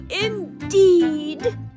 indeed